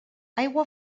aigua